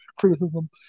criticism